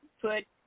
put